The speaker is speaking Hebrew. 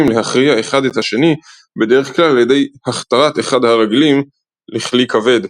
להכריע אחד את השני בדרך כלל על ידי הכתרת אחד הרגלים לכלי כבד.